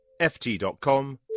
ft.com